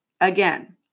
Again